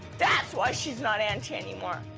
that's why she's not auntie anymore.